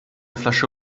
flasche